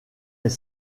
est